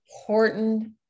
important